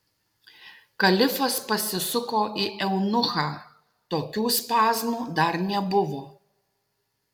kalifas pasisuko į eunuchą tokių spazmų dar nebuvo